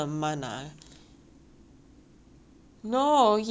no his his standards for me are too high I cannot lah